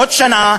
עוד שנה,